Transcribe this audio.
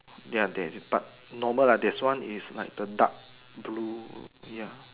ya there is but normal lah there's one is like the dark blue